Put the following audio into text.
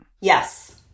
Yes